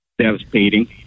devastating